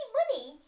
money